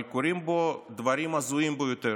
אבל קורים בו דברים הזויים ביותר.